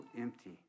empty